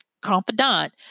confidant